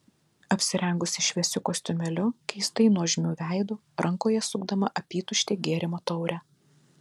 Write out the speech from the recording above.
apsirengusi šviesiu kostiumėliu keistai nuožmiu veidu rankoje sukdama apytuštę gėrimo taurę